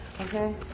Okay